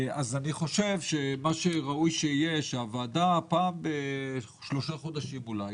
אני חושב שראוי שהוועדה - אולי